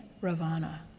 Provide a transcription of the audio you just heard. Ravana